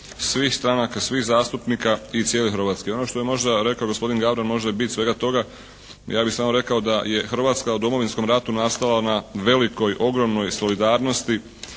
svih stranaka, svih zastupnika i cijele Hrvatske. Ono što je možda rekao gospodin Gavran možda je bit svega toga, ja bih samo rekao da je Hrvatska u Domovinskom ratu nastala na velikoj, ogromnoj solidarnosti